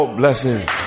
blessings